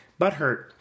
butthurt